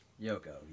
Yoko